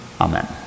amen